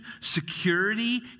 security